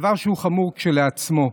דבר שהוא חמור כשלעצמו.